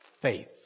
faith